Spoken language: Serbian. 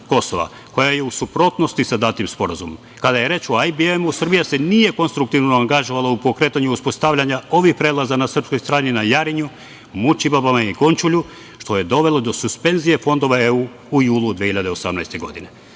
Kosova, koja je u suprotnosti sa datim sporazumom. Kada je reč o IBM Srbija se nije konstruktivno angažovala u pokretanju uspostavljanja ovih prelaza na srpskoj strani na Jarinju, Mučibabama i Končulju što je dovelo do suspenzije fondova EU u julu 2018. godine. Treba